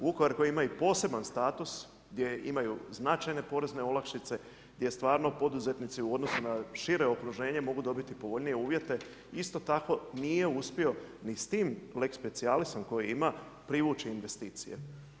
Vukovar koji ima i poseban status gdje imaju značajne porezne olakšice, gdje stvarno poduzetnici u odnosu na šire okruženje mogu dobiti povoljnije uvjete, isto tako nije uspio ni s tim lex specijalisom koji ima privući investicije.